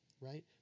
right